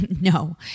No